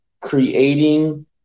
creating